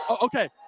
Okay